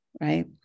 right